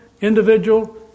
individual